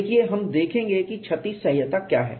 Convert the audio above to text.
देखिए हम देखेंगे कि क्षति सह्यता क्या है